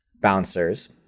bouncers